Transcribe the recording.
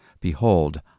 Behold